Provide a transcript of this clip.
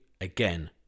again